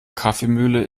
kaffeemühle